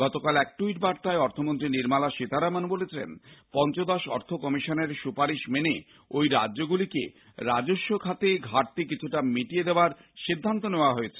গতকাল এক ট্যুইট বার্তায় অর্থমন্ত্রী নির্মলা সীতারমন বলেছেন পঞ্চদশ অর্থ কমিশনের সুপারিশ মেনে ওই রাজ্যগুলিকে রাজস্বখাতে ঘাটতি কিছুটা মিটিয়ে দেওয়ার সিদ্ধান্ত নেওয়া হয়েছে